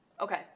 Okay